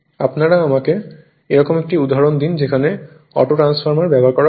আপনারা আমাকে এরকম একটি উদাহরণ দিন যেখানে অটোট্রান্সফরমার ব্যবহার করা হয়েছে